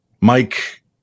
Mike